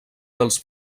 dels